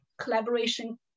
collaboration